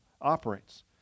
operates